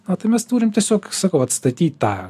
na tai mes turim tiesiog sakau atstatyt tą